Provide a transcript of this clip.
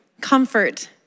Comfort